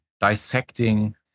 dissecting